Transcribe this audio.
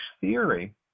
theory